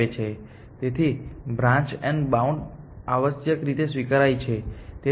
તેથી branch and bound આવશ્યકરીતે સ્વીકાર્ય છે